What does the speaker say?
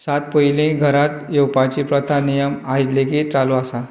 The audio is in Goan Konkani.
सात पयलीं घरात येवपाची प्रथा नियम आयज लेगीत चालू आसा